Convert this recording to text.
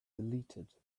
deleted